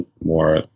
more